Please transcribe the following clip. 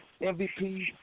MVP